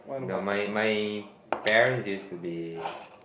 no my my parents used to be